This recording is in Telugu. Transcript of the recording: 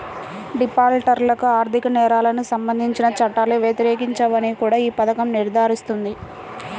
డిఫాల్టర్లకు ఆర్థిక నేరాలకు సంబంధించిన చట్టాలు వర్తించవని కూడా ఈ పథకం నిర్ధారిస్తుంది